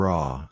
Raw